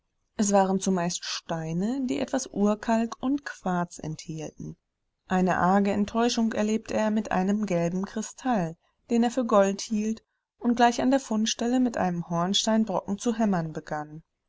es waren zumeist steine die etwas urkalk und quarz enthielten eine arge enttäuschung erlebte er mit einem gelben kristall den er für gold hielt und gleich an der fundstelle mit einem hornsteinbrocken zu hämmern begann